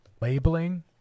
Labeling